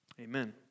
Amen